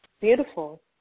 Beautiful